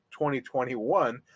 2021